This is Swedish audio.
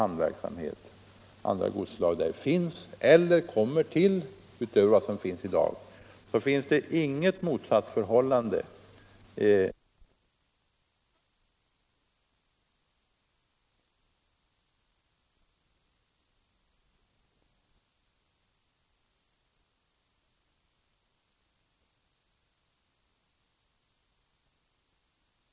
Jag utgår från att det är det som herr Olsson närmast har haft i tankarna här i debatten och i sin interpellation. Och då hoppas jag att efter det som jag har sagt här och efter det som jag tidigare vid personligt besök hos mig haft att säga till representanterna för dessa två kommuner skall den oron nu vara skingrad.